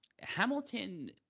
Hamilton